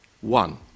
One